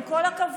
עם כל הכבוד.